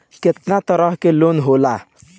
केतना तरह के लोन होला?